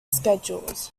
schedules